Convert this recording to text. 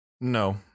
No